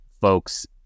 folks